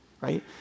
right